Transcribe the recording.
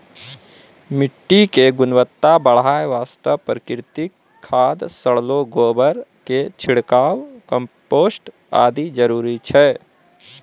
मिट्टी के गुणवत्ता बढ़ाय वास्तॅ प्राकृतिक खाद, सड़लो गोबर के छिड़काव, कंपोस्ट आदि जरूरी छै